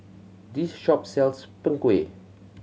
this shop sells Png Kueh